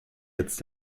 jetzt